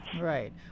Right